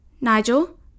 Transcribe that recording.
Nigel